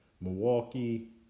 Milwaukee